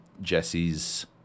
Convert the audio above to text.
jesse's